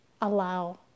allow